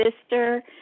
sister